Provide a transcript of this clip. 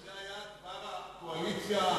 זה היה דבר הקואליציה,